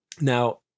now